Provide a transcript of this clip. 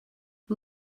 who